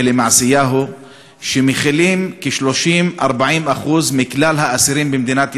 כלא "מעשיהו" שמכילים 30% 40% מכלל האסירים במדינת ישראל.